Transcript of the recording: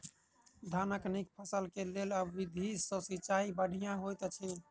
धानक नीक फसल केँ लेल केँ विधि सँ सिंचाई बढ़िया होइत अछि?